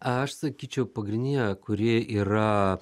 aš sakyčiau pagrindinė kuri yra